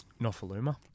Nofaluma